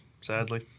sadly